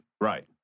Right